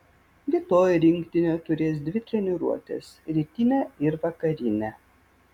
rytoj rinktinė turės dvi treniruotes rytinę ir vakarinę